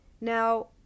Now